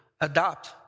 adopt